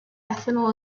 ethanol